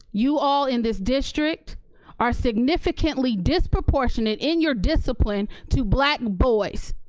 you all in this district are significantly disproportionate in your discipline to black boys.